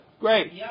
Great